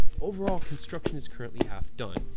overall, construction is currently half done.